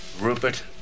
Rupert